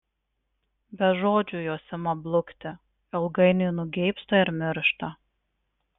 be žodžių jos ima blukti ilgainiui nugeibsta ir miršta